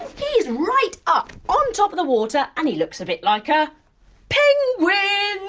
he's right up on top of the water and he looks a bit like a penguin!